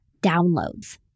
downloads